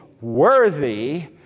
Worthy